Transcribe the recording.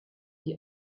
die